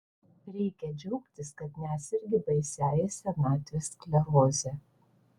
reikia džiaugtis kad nesergi baisiąja senatvės skleroze